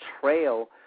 trail